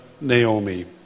Naomi